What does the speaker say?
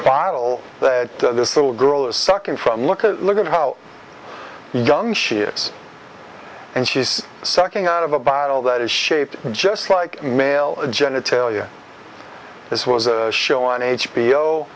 bottle that this little girl is sucking from look at look at how young she is and she's sucking out of a bottle that is shaped just like male genitalia this was a show on h